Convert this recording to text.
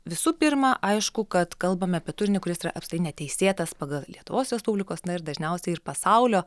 visų pirma aišku kad kalbame apie turinį kuris yra apskritai neteisėtas pagal lietuvos respublikos na ir dažniausiai ir pasaulio